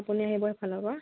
আপুনি আহিব সেই ফালৰ পৰা